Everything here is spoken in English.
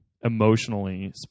emotionally